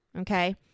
okay